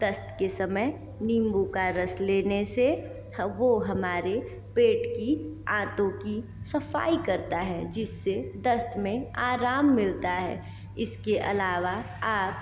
दस्त के समय नींबू का रस लेने से वो हमारे पेट की आंतों की सफाई करता है जिससे दस्त में आराम मिलता है इसके अलावा आप